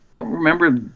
remember